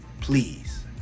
please